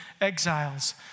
exiles